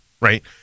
Right